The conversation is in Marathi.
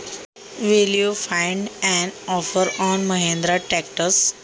महिंद्रा ट्रॅक्टरवर ऑफर भेटेल का?